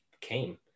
came